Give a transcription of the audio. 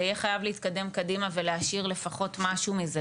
זה יהיה חייב להתקדם קדימה ולהשאיר לפחות משהו מזה,